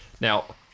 Now